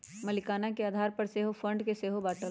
मलीकाना के आधार पर सेहो फंड के सेहो बाटल